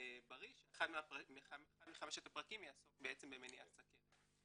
בריא שאחד מחמשת הפרקים יעסוק במניעת סוכרת.